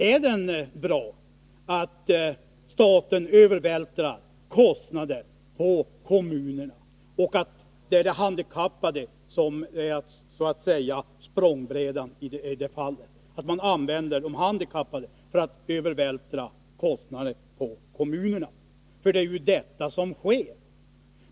Är det bra att staten övervältrar kostnader på kommunerna och att de handikappade så att säga blir språngbrädan, att de används för denna övervältring? Det är ju detta som sker.